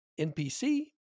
NPC